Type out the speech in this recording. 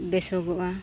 ᱵᱮᱥᱚᱜᱚᱜᱼᱟ